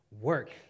work